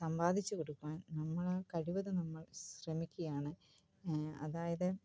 സമ്പാദിച്ചു കൊടുക്കുവാൻ നമ്മളാൽ കഴിവതും നമ്മൾ ശ്രമിക്കുകയാണ് അതായത്